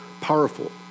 powerful